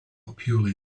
purely